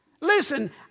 listen